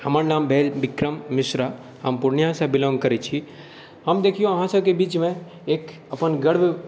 हमर नाम भेल विक्रम मिश्रा हम पूर्णियासँ बिलाॅङ्ग करै छी हम देखिऔ अहाँ सबके बीचमे एक अपन गर्व